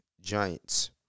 Giants